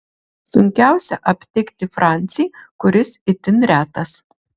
sunkiausia aptikti francį kuris itin retas